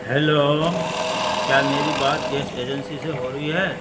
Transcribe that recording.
hello کیا میری بات گیس ایجنسی سے ہو رہی ہے